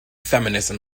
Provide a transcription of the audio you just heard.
feminism